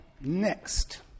next